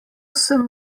sem